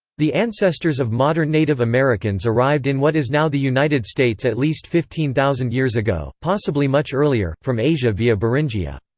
the ancestors of modern native americans arrived in what is now the united states at least fifteen thousand years ago, possibly much earlier, from asia via beringia.